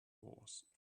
wars